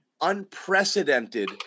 unprecedented